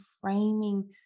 framing